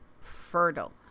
fertile